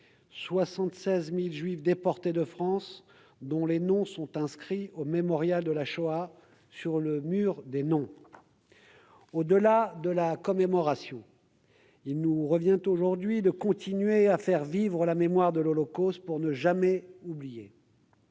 76 000 Juifs déportés de France, dont les noms sont inscrits, au Mémorial de la Shoah, sur le Mur des noms. Au-delà de la commémoration, il nous revient aujourd'hui de continuer à faire vivre la mémoire de l'Holocauste pour ne jamais oublier.